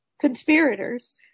conspirators